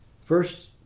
First